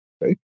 right